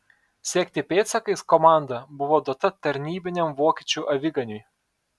sekti pėdsakais komanda buvo duota tarnybiniam vokiečių aviganiui